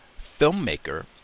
filmmaker